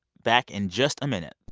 back in just a minute